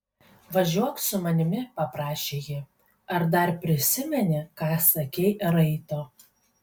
važiuok su manimi paprašė ji ar dar prisimeni ką sakei raito